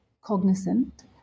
cognizant